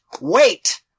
Wait